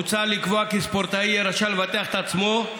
מוצע לקבוע כי ספורטאי יהיה רשאי לבטח את עצמו,